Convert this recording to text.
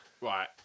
Right